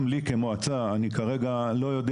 גם אני כמועצה בכלל לא יודע